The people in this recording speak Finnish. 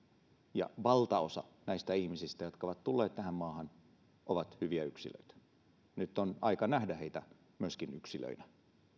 ja valtaosa näistä ihmisistä jotka ovat tulleet tähän maahan on hyviä yksilöitä nyt on aika nähdä heitä myöskin yksilöinä